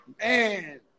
man